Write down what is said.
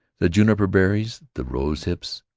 the juniper-berries, the rosehips,